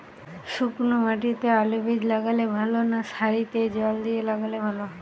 শুক্নো মাটিতে আলুবীজ লাগালে ভালো না সারিতে জল দিয়ে লাগালে ভালো?